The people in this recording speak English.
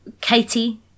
Katie